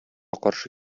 каршы